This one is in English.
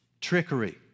Trickery